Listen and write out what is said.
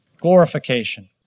glorification